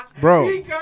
Bro